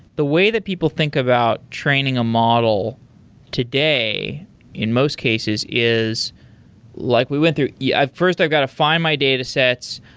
the way that people think about training a model today in most cases is like we went through first, yeah i've first, i've got to find my datasets.